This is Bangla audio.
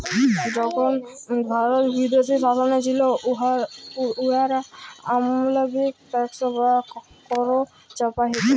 যখল ভারত বিদেশী শাসলে ছিল, উয়ারা অমালবিক ট্যাক্স বা কর চাপাইত